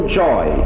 joy